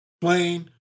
plain